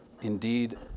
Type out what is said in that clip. indeed